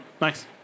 Nice